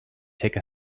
take